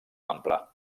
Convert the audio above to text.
ample